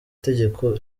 tegeko